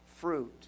fruit